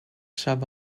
shah